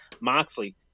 moxley